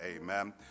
Amen